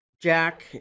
Jack